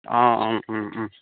অঁ অঁ ও ও